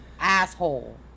Asshole